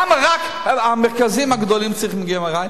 למה רק המרכזים הגדולים צריכים לקבל MRI?